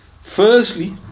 Firstly